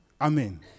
Amen